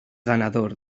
ganador